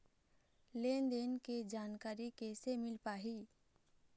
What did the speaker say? लेन देन के जानकारी कैसे मिल पाही?